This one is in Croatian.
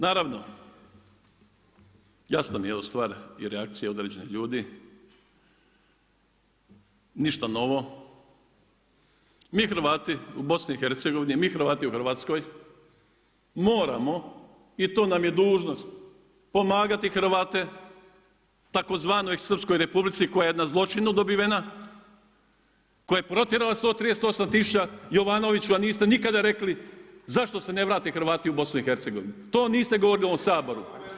Naravno, jasna mi je ovo stvar i reakcija određenih ljudi, ništa novo, mi Hrvati u BiH-u, mi Hrvati u Hrvatskoj, moramo i to nam je dužnost, pomagati Hrvate tzv. Srpskoj Republici koja je na zločinu dobivena, koja je protjerala 138 tisuća, Jovanoviću, niste nikada rekli zašto se ne vrate Hrvati u BiH-u, to niste govorili u ovom Saboru.